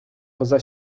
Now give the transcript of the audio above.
poza